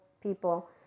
people